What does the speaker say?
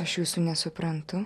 aš jūsų nesuprantu